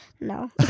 No